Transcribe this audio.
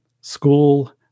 school